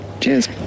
Cheers